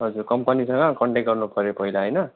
हजुर कम्पनीसँग कन्टेक गर्नुपर्यो पहिला होइन